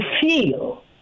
feel